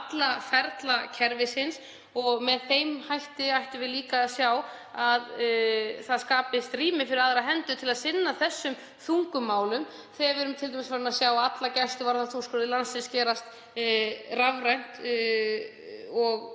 alla ferla kerfisins. Með þeim hætti ættum við líka að sjá að það skapist rými fyrir aðra til að sinna þessum þungu málum þegar við erum t.d. farin að sjá alla gæsluvarðhaldsúrskurði landsins gerast rafrænt og